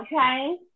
okay